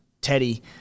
Teddy